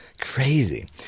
Crazy